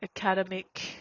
academic